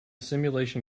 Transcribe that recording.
simulation